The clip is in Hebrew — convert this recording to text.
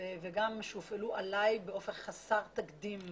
וגם הופעלו עלי באופן חסר תקדים במדינה,